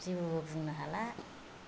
जेबोबो बुंनो हाला